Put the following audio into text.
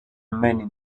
many